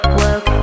work